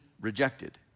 rejected